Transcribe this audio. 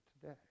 today